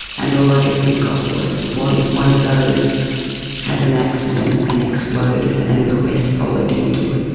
and all i could think of was what if one of those had an accident and exploded and the rest followed into it.